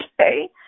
okay